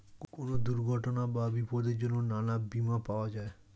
কোন দুর্ঘটনা বা বিপদের জন্যে নানা বীমা পাওয়া যায়